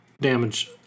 damage